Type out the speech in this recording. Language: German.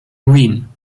green